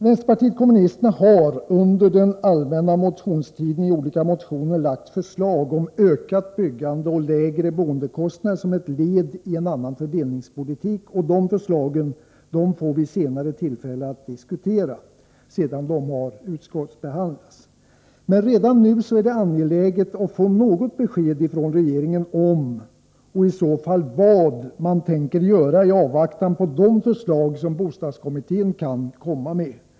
Vpk har under den allmänna motionstiden i olika motioner lagt fram förslag om ökat byggande och lägre boendekostnader som ett led i en annan fördelningspolitik, och dessa förslag får vi senare tillfälle att diskutera, när de har utskottsbehandlats. Men redan nu är det angeläget att få något besked från regeringen om och i så fall vad man tänker göra i avvaktan på de förslag som bostadskommittén kan komma med.